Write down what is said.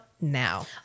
now